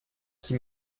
qui